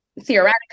theoretically